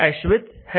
Ashwith' है